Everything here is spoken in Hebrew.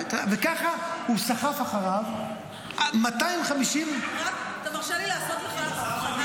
וככה הוא סחף אחריו 250 --- אתה מרשה לי לעשות הבחנה.